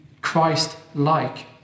Christ-like